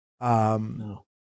No